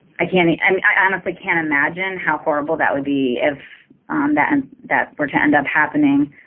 i can't i honestly can't imagine how horrible that would be if um that and that were to end up happening.